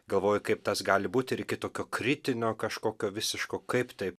galvoju kaip tas gali būt ir kitokio kritinio kažkokio visiško kaip tai